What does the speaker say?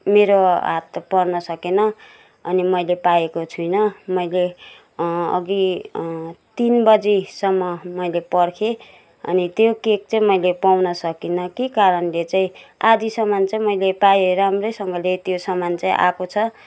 मेरो हात पर्न सकेन अनि मैले पाएको छुइनँ मैले अघि तिन बजीसम्म मैले पर्खेँ अनि त्यो केक चाहिँ मैले पाउन सकिनँ के कारणले चाहिँ आदि सामान चाहिँ मैले पाएँ राम्रैसँगले त्यो सामान चाहिँ आएको छ